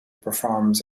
performs